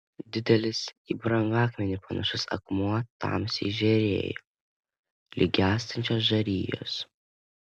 didelis į brangakmenį panašus akmuo tamsiai žėrėjo lyg gęstančios žarijos